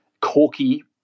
corky